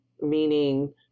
meaning